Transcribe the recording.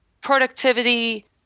productivity